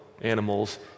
animals